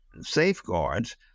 safeguards